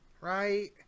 right